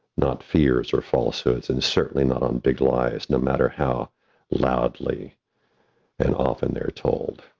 not fears or falsehoods, and certainly not on big lies, no matter how loudly and often they're told.